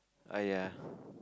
!aiya!